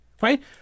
Right